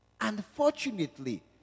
Unfortunately